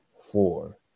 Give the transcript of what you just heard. four